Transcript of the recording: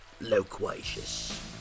loquacious